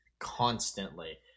Constantly